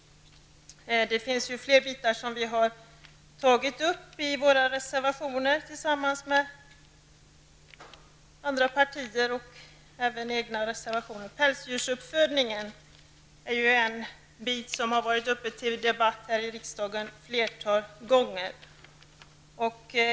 Det finns ju fler frågor som vi har tagit upp i våra reservationer tillsammans med andra partier, och även i egna reservationer. Pälsdjursuppfödningen är ju en fråga som har varit uppe till debatt i riksdagen ett flertal gånger.